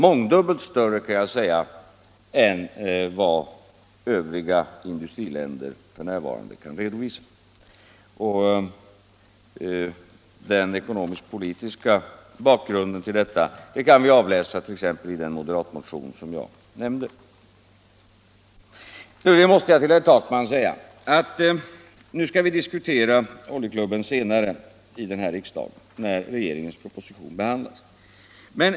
Mångdubbelt större än vad övriga industriländer f. n. kan redovisa. Den ekonomisk-politiska bakgrunden till detta kan vi avläsa t.ex. i den moderatmotion som jag nämnde. Slutligen måste jag till herr Takman säga att vi skall diskutera oljeklubben senare när regeringens proposition behandlas i riksdagen.